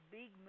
big